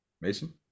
Mason